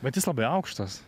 bet jis labai aukštas